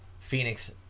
Phoenix